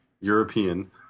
European